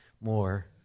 more